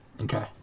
Okay